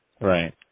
Right